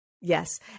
Yes